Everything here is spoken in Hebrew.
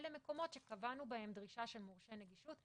אלה מקומות שקבענו בהם דרישה של מורשה נגישות.